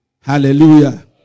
Hallelujah